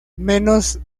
menos